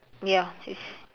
ya it's